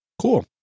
Cool